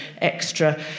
extra